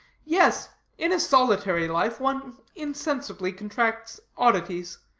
yes in a solitary life one insensibly contracts oddities